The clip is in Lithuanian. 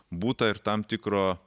būta ir tam tikro